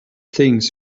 things